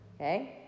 okay